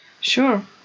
Sure